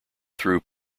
through